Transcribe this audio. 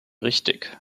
richtig